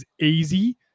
easy